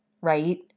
right